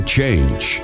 Change